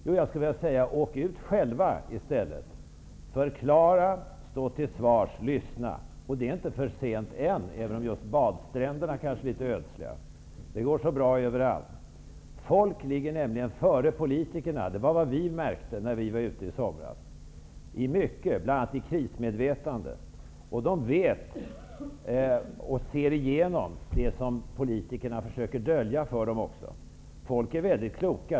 Åk ut själva, skulle jag vilja säga, och förklara, stå till svars och lyssna. Det är inte för sent, även om just badstränderna kanske är litet ödsliga; det går bra överallt. Folk är nämligen före politikerna i mycket, bl.a. i krismedvetandet. Det märkte vi när vi var ute i somras. Man är kunnig och ser igenom även det som politikerna försöker dölja. Människor är väldigt kloka.